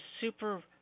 super